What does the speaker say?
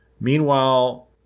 meanwhile